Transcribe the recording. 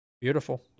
beautiful